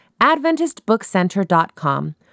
AdventistBookCenter.com